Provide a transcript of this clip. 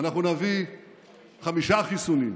אנחנו נביא חמישה חיסונים.